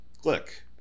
Click